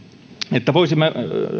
että voisimme